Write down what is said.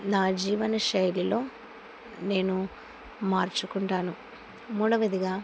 నా జీవన శైలిలో నేను మార్చుకుంటాను మూడవదిగా